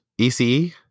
ECE